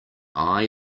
eye